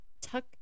tuck